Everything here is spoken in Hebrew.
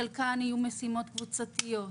חלקן יהיו משימות קבוצתיות,